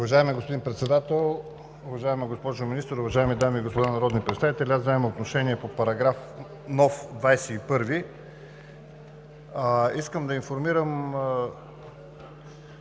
Уважаеми господин Председател, уважаема госпожо Министър, уважаеми дами и господа народни представители! Аз вземам отношение по новия § 21. Искам да информирам